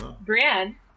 Brienne